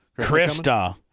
Krista